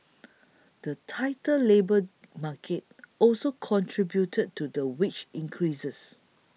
the tighter labour market also contributed to the wage increases